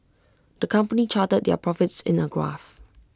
the company charted their profits in A graph